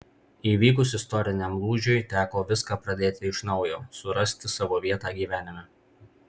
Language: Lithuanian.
įvykus istoriniam lūžiui teko viską pradėti iš naujo surasti savo vietą gyvenime